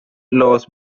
lost